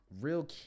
real